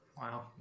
Wow